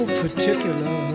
particular